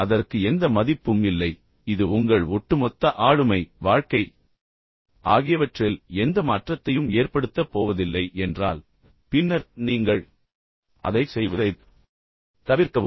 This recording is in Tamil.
அதற்கு எந்த மதிப்பும் இல்லை என்பதை நீங்கள் உணர்ந்தால் மேலும் இது உங்கள் ஒட்டுமொத்த ஆளுமை ஒட்டுமொத்த தொழில் ஒட்டுமொத்த வாழ்க்கை ஆகியவற்றில் எந்த மாற்றத்தையும் ஏற்படுத்தப் போவதில்லை என்றால் பின்னர் நீங்கள் அதைச் செய்வதைத் தவிர்க்கவும்